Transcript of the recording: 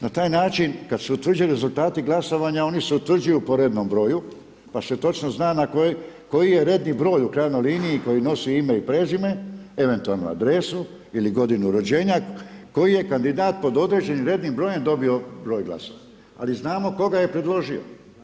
Na taj način kada se utvrđuju rezultati glasovanja oni se utvrđuju po rednom broju pa se točno zna na koji, koji je redni broj u krajnjoj liniji koji nosi ime i prezime, eventualno adresu ili godinu rođenja koji je kandidat pod određenim rednim brojem dobio broj glasova, ali znamo tko ga je predložio.